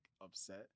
upset